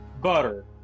Butter